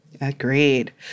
Agreed